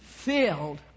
Filled